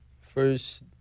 first